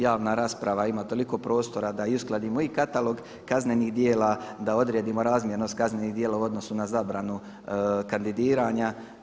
Javna rasprava ima toliko prostora da i uskladimo i katalog kaznenih djela, da odredimo razmjernost kaznenih djela u odnosu na zabranu kandidiranja.